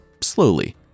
slowly